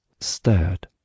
stared